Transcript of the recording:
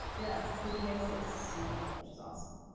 yeah, which makes it sustainable, which is awesome.